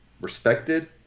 respected